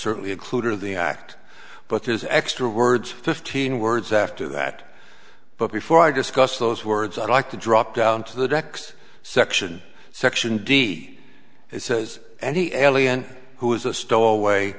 certainly include or the act but his extra words fifteen words after that but before i discuss those words i'd like to drop down to the next section section d it says and he l e n who is a sto